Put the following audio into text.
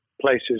places